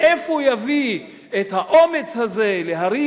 מאיפה הוא יביא את האומץ הזה להרים